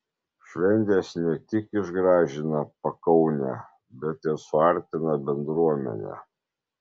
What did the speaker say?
šventės ne tik išgražina pakaunę bet ir suartina bendruomenę